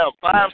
five